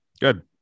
Good